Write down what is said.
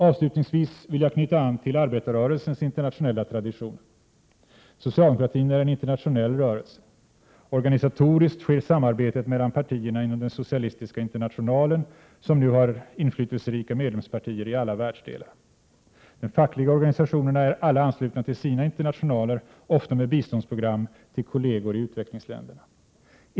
Avslutningsvis vill jag knyta an till arbetarrörelsens internationella traditioner. Socialdemokratin är en internationell rörelse. Organisatoriskt sker samarbetet mellan partierna inom den Socialistiska internationalen, som nu har inflytelserika medlemspartier i alla världsdelar. De fackliga organisationerna är alla anslutna till sina internationaler, ofta med biståndsprogram till kolleger i utvecklingsländerna.